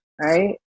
right